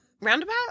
Roundabout